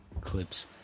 clips